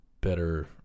better